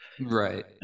Right